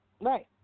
Right